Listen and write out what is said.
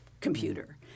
computer